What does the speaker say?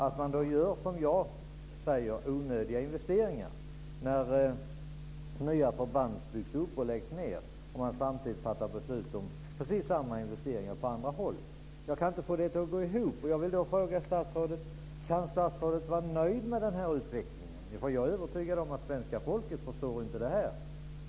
Som jag ser det gör man onödiga investeringar när nya förband byggs upp eller läggs ned. Samtidigt fattar man beslut om precis samma investeringar på andra håll. Jag kan inte få detta att gå ihop. Jag vill då fråga statsrådet: Är statsrådet nöjd med utvecklingen? Jag är övertygad om att svenska folket inte förstår detta.